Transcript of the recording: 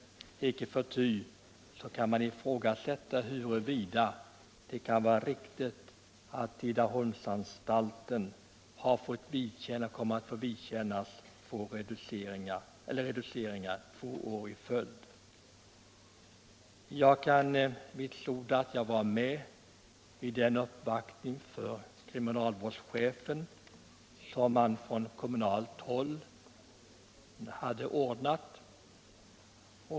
Icke förty kan man ifrågasätta huruvida det är riktigt att Tidaholmsanstalten kommer att få vidkännas reduceringar två år i följd. Jag kan vitsorda att jag var med i den uppvaktning för kriminalvårdschefen som man på kommunalt håll hade ordnat.